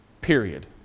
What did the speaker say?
Period